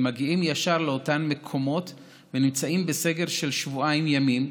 הם מגיעים ישר לאותם מקומות ונמצאים בסגר של שבועיים ימים.